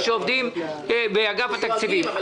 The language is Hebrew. ושעובדים באגף התקציבים.